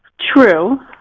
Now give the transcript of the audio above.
true,